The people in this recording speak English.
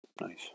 Nice